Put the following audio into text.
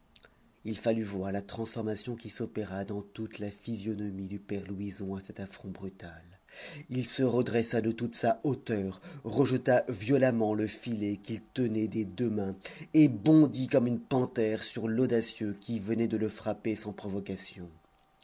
il fallut voir la transformation qui s'opéra dans toute la physionomie du père louison à cet affront brutal il se redressa de toute sa hauteur rejeta violemment le filet qu'il tenait des deux mains et bondit comme une panthère sur l'audacieux qui venait de le frapper sans provocation